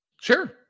Sure